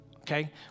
Okay